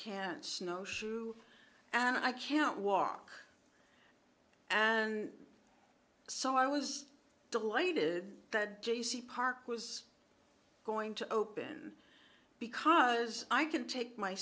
can't snowshoe and i can't walk and so i was delighted that j c park was going to open because i could take my